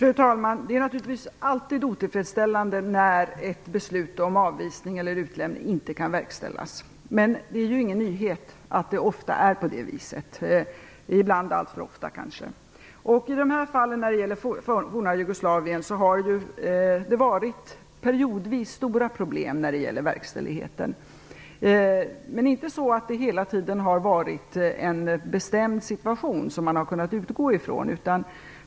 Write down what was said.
Fru talman! Det är naturligtvis alltid otillfredsställande när ett beslut om avvisning eller utlämning inte kan verkställas. Men det är ju ingen nyhet att det ofta - ibland kanske alltför ofta - är på det viset. När det gäller forna Jugoslavien har det ju periodvis varit stora problem med verkställigheten. Men det har inte hela tiden varit en bestämd situation som man har kunnat utgå ifrån.